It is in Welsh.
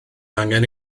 angen